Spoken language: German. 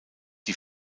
die